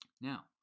Now